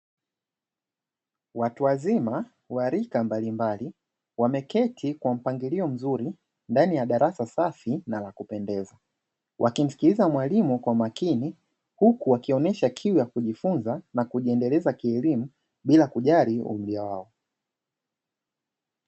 Watu wazima wa rika mbalimbali wameketi kwa mpangilio mzuri ndani ya darasa safi na la kupendeza, wakimsikiliza mwalimu kwa makini huku wakionesha kiu ya kujifunza na kujiendeleza kielimu bila kujali umri wao.